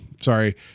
sorry